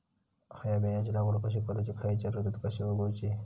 हया बियाची लागवड कशी करूची खैयच्य ऋतुत कशी उगउची?